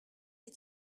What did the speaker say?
est